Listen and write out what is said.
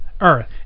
Earth